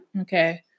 Okay